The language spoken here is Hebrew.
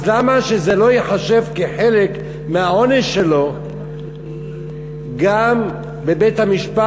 אז למה שזה לא ייחשב כחלק מהעונש שלו גם בבית-המשפט,